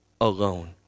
alone